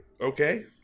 okay